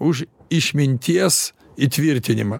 už išminties įtvirtinimą